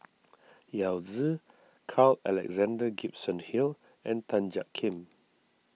Yao Zi Carl Alexander Gibson Hill and Tan Jiak Kim